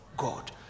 God